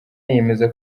yemeza